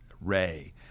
Ray